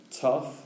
tough